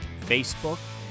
Facebook